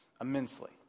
Immensely